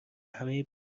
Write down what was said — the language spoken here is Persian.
همه